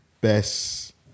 best